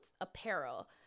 apparel